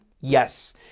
Yes